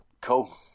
Cool